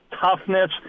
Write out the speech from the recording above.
toughness